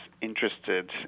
interested